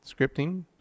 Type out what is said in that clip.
Scripting